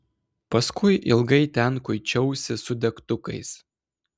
paskui ilgai ten kuičiausi su degtukais